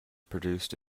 produced